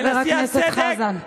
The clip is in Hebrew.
חבר הכנסת חזן.